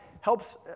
helps